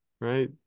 Right